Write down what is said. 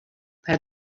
per